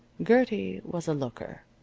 gertie was a looker.